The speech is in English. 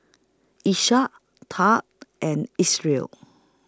Iesha Tad and its Real